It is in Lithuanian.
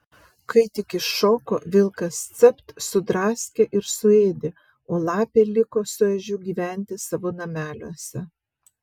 kai tik iššoko vilkas capt sudraskė ir suėdė o lapė liko su ežiu gyventi savo nameliuose